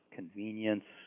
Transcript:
convenience